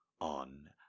on